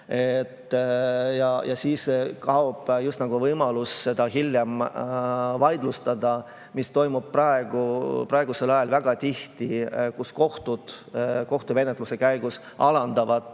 Siis kaob just nagu võimalus seda hiljem vaidlustada, mida toimub praegusel ajal väga tihti ehk kohtud kohtumenetluse käigus alandavad